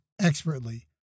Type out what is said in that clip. expertly